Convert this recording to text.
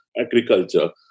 agriculture